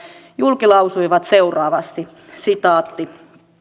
julkilausuivat seuraavasti